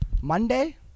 Monday